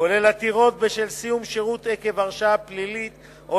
כולל עתירות בשל סיום שירות עקב הרשעה פלילית או